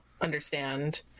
understand